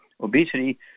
Obesity